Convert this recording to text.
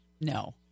No